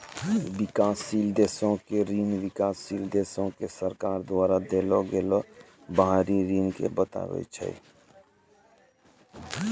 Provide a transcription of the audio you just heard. विकासशील देशो के ऋण विकासशील देशो के सरकार द्वारा देलो गेलो बाहरी ऋण के बताबै छै